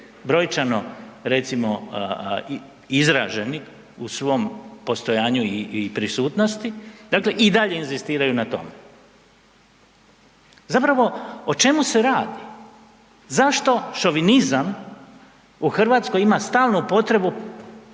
brojčano recimo izraženi u svom postojanju i, i prisutnosti, dakle i dalje inzistiraju na tome. Zapravo o čemu se radi? Zašto šovinizam u RH ima stalnu potrebu pokušavati